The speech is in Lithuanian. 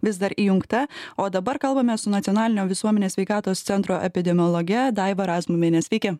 vis dar įjungta o dabar kalbame su nacionalinio visuomenės sveikatos centro epidemiologe daiva razmuviene sveiki